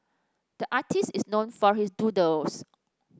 the artist is known for his doodles